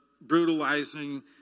brutalizing